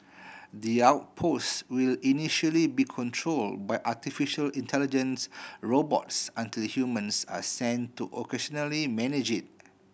the outpost will initially be control by artificial intelligence robots until humans are sent to occasionally manage it